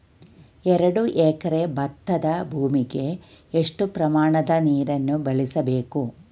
ಎರಡು ಎಕರೆ ಭತ್ತದ ಭೂಮಿಗೆ ಎಷ್ಟು ಪ್ರಮಾಣದ ನೀರನ್ನು ಬಳಸಬೇಕು?